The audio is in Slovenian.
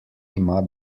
ima